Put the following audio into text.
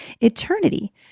Eternity